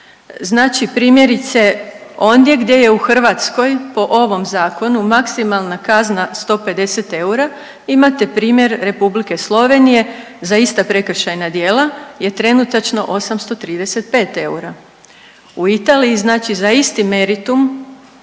Znači primjerice, ondje gdje je u Hrvatskoj po ovom Zakonu maksimalna kazna 150 eura, imate primjer R. Slovenije za ista prekršajna djela je trenutačno 835 eura. U Italiji znači za isti meritum